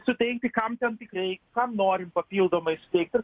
suteikti kam ten tik reik kam norim papildomai suteikt ir